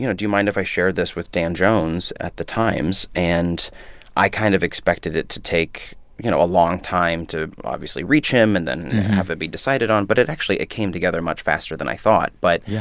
you know do you mind if i share this with dan jones at the times? and i kind of expected it to take, you know, a long time to, obviously, reach him and then have it be decided on. but actually, it came together much faster than i thought, but. yeah.